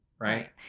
Right